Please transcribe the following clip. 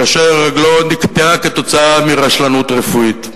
כאשר רגלו נקטעה כתוצאה מרשלנות רפואית.